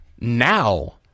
now